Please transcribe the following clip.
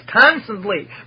constantly